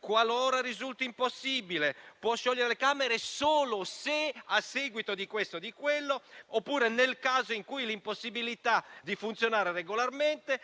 qualora risulti impossibile; può sciogliere le Camere solo se; a seguito di questo o di quello; nel caso di impossibilità di funzionare regolarmente;